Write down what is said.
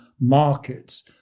markets